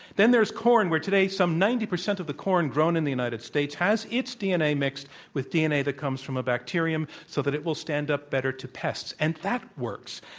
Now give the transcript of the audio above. then there's corn, where today some ninety percent of the corn grown in the united states has its dna mixed with dna that comes from a bacterium so that it will stand up better to pests, and that works.